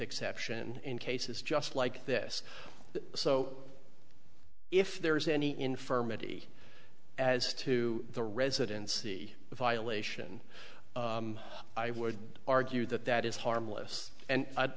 exception in cases just like this so if there is any infirmity as to the residency violation i would argue that that is harmless and i'd